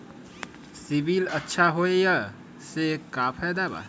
CIBIL अच्छा होऐ से का फायदा बा?